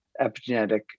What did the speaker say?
epigenetic